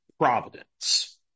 providence